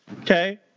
okay